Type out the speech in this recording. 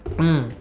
mm